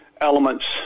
elements